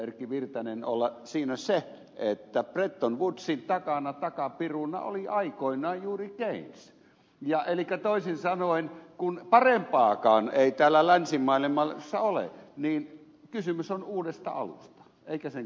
erkki virtanen olla siinä se että bretton woodsin takana takapiruna oli aikoinaan juuri keynes elikkä toisin sanoen kun parempaakaan ei täällä länsimaailmassa ole niin kysymys on uudesta alusta eikä sen kummallisemmasta